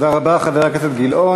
תודה רבה, חבר הכנסת גילאון.